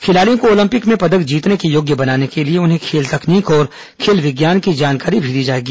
खिलाड़ियों को ओलंपिक में पदक जीतने के योग्य बनाने के लिए उन्हें खेल तकनीक और खेल विज्ञान की जानकारी भी दी जाएगी